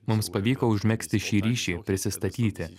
mums pavyko užmegzti šį ryšį prisistatyti